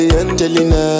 angelina